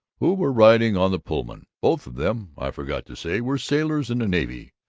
who were riding on the pullman. both of them, i forgot to say, were sailors in the navy.